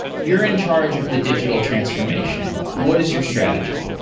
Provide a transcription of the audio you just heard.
you're in charge of the digital transformation. what is your strategy?